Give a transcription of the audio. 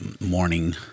morning